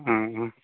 ᱚ